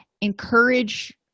Encourage